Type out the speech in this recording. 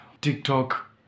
TikTok